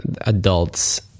adults